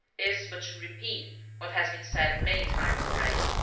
is but to repeat what has been said many times already.